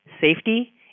safety